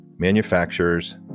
manufacturers